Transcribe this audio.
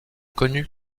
connu